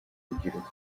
urubyiruko